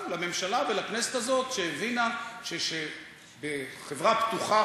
גם לממשלה ולכנסת הזאת שהבינה שבחברה פתוחה,